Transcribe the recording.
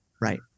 Right